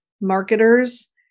marketers